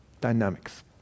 dynamics